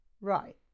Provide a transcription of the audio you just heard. Right